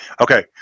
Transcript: okay